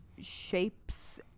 shapes